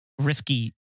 risky